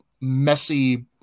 messy